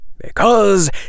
because